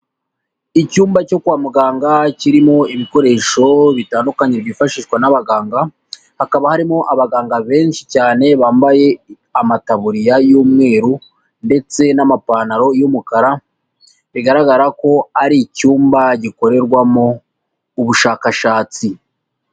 Icyumba cyo kwa muganga kirimo ibikoresho bitandukanye byifashishwa n'abaganga, hakaba harimo abaganga benshi cyane bambaye amataburiya y'umweru ndetse n'amapantaro y'umukara, bigaragara ko ari icyumba gikorerwamo ubushakashatsi.